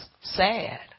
sad